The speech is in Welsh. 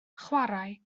chwarae